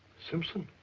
simpson?